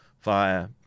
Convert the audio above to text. via